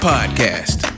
Podcast